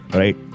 right